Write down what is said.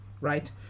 right